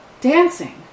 dancing